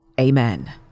Amen